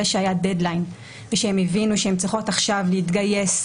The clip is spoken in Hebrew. שהיה דד-ליין ושהן הבינו שהן צריכות עכשיו להתגייס,